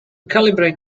calibrate